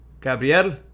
Gabriel